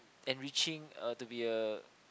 enriching uh to be a